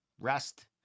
rest